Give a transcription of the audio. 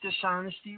dishonesty